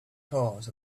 stars